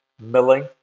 milling